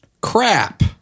Crap